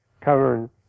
covering